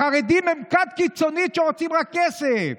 החרדים הם כת קיצונית שרוצים רק כסף,